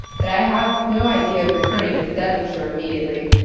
but i have no idea of returning into devonshire immediately.